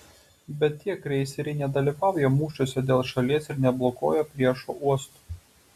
bet tie kreiseriai nedalyvauja mūšiuose dėl šalies ir neblokuoja priešo uostų